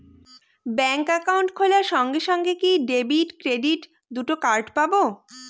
Bank account খোলার সঙ্গে সঙ্গে কি ডেবিট ক্রেডিট দুটো কার্ড পাবো?